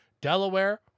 Delaware